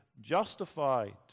justified